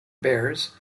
bears